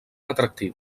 atractiu